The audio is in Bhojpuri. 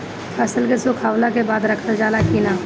फसल के सुखावला के बाद रखल जाला कि न?